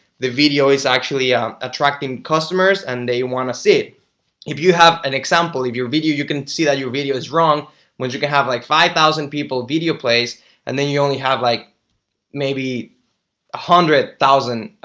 the video is actually attracting customers and they want to see if you have an example if your video you can see that your video is wrong when you can have like five thousand people video plays and then you only have like maybe a hundred thousand.